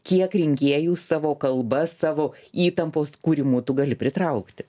kiek rinkėjų savo kalba savo įtampos kūrimu tu gali pritraukti